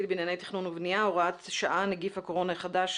בענייני תכנון ובנייה (הוראת שעה) (נגיף הקורונה החדש),